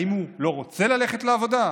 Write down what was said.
האם הוא לא רוצה ללכת לעבודה?